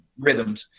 rhythms